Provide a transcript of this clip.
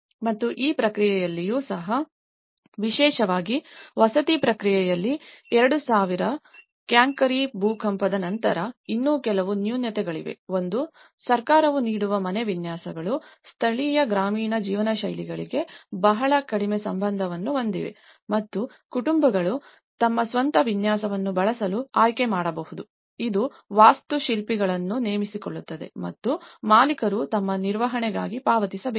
ಮತ್ತು ಈ ಪ್ರಕ್ರಿಯೆಯಲ್ಲಿಯೂ ಸಹ ವಿಶೇಷವಾಗಿ ವಸತಿ ಪ್ರಕ್ರಿಯೆಯಲ್ಲಿ 2000 ರ ಕ್ಯಾಂಕಿರಿ ಭೂಕಂಪದ ನಂತರ ಇನ್ನೂ ಕೆಲವು ನ್ಯೂನತೆಗಳಿವೆ ಒಂದು ಸರ್ಕಾರವು ನೀಡುವ ಮನೆ ವಿನ್ಯಾಸಗಳು ಸ್ಥಳೀಯ ಗ್ರಾಮೀಣ ಜೀವನಶೈಲಿಗಳಿಗೆ ಬಹಳ ಕಡಿಮೆ ಸಂಬಂಧವನ್ನು ಹೊಂದಿವೆ ಮತ್ತು ಕುಟುಂಬಗಳು ತಮ್ಮ ಸ್ವಂತ ವಿನ್ಯಾಸವನ್ನು ಬಳಸಲು ಆಯ್ಕೆ ಮಾಡಬಹುದು ಇದು ವಾಸ್ತುಶಿಲ್ಪಿಗಳನ್ನು ನೇಮಿಸಿಕೊಳ್ಳುತ್ತದೆ ಮತ್ತು ಮಾಲೀಕರು ತಮ್ಮ ನಿರ್ವಹಣೆಗಾಗಿ ಪಾವತಿಸಬೇಕು